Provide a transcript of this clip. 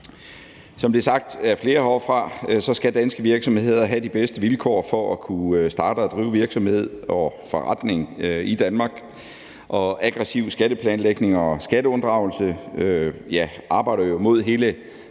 Som det er sagt af flere heroppefra, skal danske virksomheder have de bedste vilkår for at kunne starte og drive virksomhed og forretning i Danmark. Og aggressiv skatteplanlægning og skatteunddragelse arbejder jo imod hele